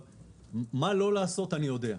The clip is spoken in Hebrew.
מה לא לעשות אני יודע.